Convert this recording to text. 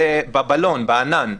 זה בבלון, בענן.